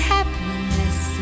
Happiness